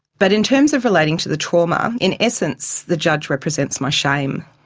but in terms of relating to the trauma, in essence the judge represents my shame.